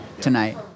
tonight